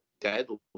deadly